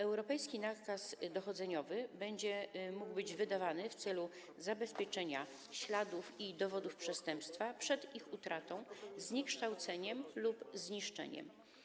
Europejski nakaz dochodzeniowy będzie mógł być wydawany w celu zabezpieczenia śladów i dowodów przestępstwa przed ich utratą, zniekształceniem lub zniszczeniem.